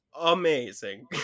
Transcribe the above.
amazing